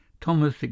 Thomas